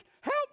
help